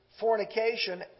fornication